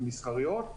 במסחריות,